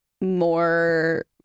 more